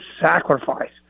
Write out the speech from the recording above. sacrifice